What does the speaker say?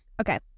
okay